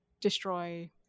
destroy